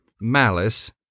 malice